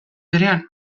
berean